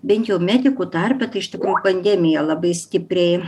bent jau medikų tarpe tai iš tikrųjų pandemija labai stipriai